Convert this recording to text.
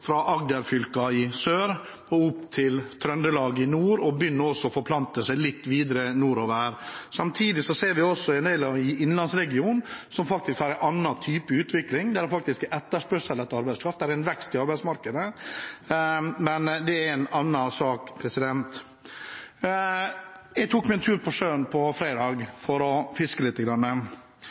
fra Agder-fylkene i sør og opp til Trøndelag i nord, men begynner også å forplante seg litt videre nordover. Samtidig ser vi også at en del av innlandsregionen har en annen type utvikling, der det faktisk er etterspørsel etter arbeidskraft, det er en vekst i arbeidsmarkedet. Men det er en annen sak. Jeg tok meg en tur på sjøen på fredag for å fiske